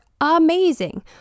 amazing